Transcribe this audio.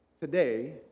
Today